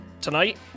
tonight